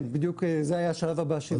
כן, בדיוק זה היה השלב הבא שלי.